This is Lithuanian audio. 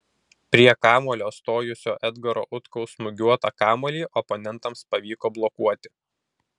prie kamuolio stojusio edgaro utkaus smūgiuotą kamuolį oponentams pavyko blokuoti